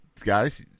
guys